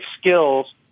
skills